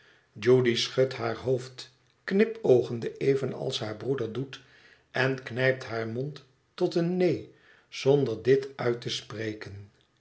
judy schudt haar hoofd knipoogende evenals haar broeder doet en knijpt haar mond tot een neen zonder dit uit te spreken